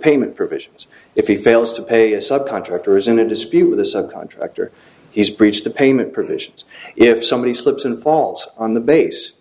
payment provisions if he fails to pay a subcontractor is in a dispute with a subcontractor he's breached the payment provisions if somebody slips and falls on the base